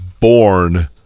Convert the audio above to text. born